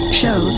show